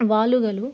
వాలుగలు